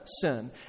sin